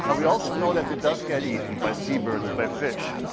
and we also know that it does get eaten by sea birds, by fish